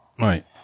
Right